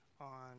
on